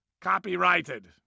copyrighted